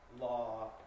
law